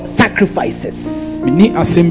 sacrifices